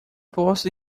posso